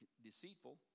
deceitful